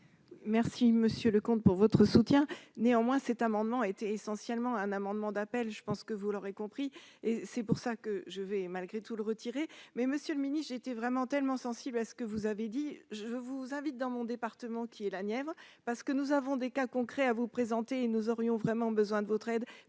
Merci monsieur le comte pour votre soutien, néanmoins, cet amendement a été essentiellement un amendement d'appel, je pense que vous l'aurez compris et c'est pour ça que je vais malgré tout le retirer mais Monsieur le mini, j'étais vraiment tellement sensible à ce que vous avez dit : je vous invite dans mon département, qui est la Nièvre parce que nous avons des cas concrets à vous présenter, nous aurions vraiment besoin de votre aide